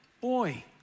boy